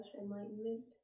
enlightenment